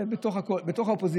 זה בתוך האופוזיציה.